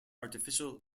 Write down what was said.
artificial